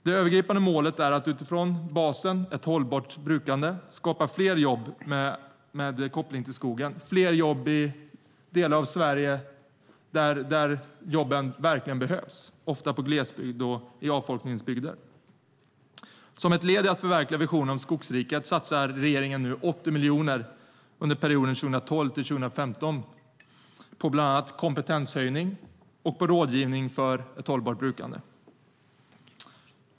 Det övergripande målet är att utifrån basen Ett hållbart brukande skapa fler jobb med koppling till skogen, fler jobb i delar av Sverige där jobben verkligen behövs, ofta i glesbygd och i avfolkningsbygder. Som ett led i att förverkliga visionen om Skogsriket satsar regeringen 80 miljoner under perioden 2012-2015 på bland annat kompetenshöjning och rådgivning för ett hållbart brukande.